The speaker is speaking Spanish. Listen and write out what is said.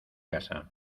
casa